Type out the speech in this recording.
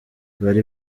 bari